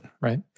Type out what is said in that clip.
right